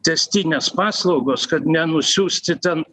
tęstinės paslaugos kad nenusiųsti ten